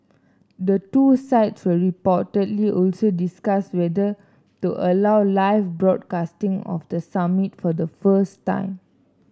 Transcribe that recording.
the two sides will reportedly also discuss whether to allow live broadcasting of the summit for the first time